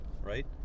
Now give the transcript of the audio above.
right